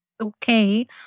okay